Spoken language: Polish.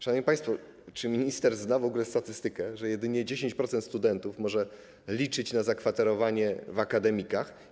Szanowni państwo, czy minister zna w ogóle statystykę, że jedynie 10% studentów może liczyć na zakwaterowanie w akademikach?